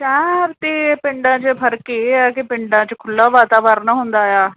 ਸ਼ਹਿਰਾਂ ਅਤੇ ਪਿੰਡਾਂ 'ਚ ਫਰਕ ਇਹ ਹੈ ਕਿ ਪਿੰਡਾਂ 'ਚ ਖੁੱਲ੍ਹਾ ਵਾਤਾਵਰਨ ਹੁੰਦਾ ਆ